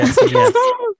yes